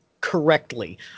correctly